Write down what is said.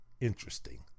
interesting